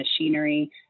machinery